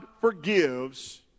forgives